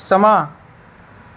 समां